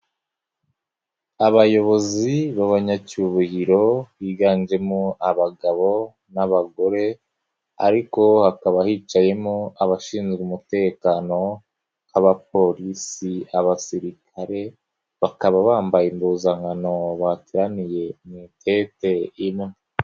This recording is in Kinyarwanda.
Abayobozi b'abanyacyubahiro biganjemo abagabo n'abagore ariko hakaba hicayemo abashinzwe umutekano nk'abapolisi, abasirikare bakaba bambaye impuzankano bateraniye mu itente imwe.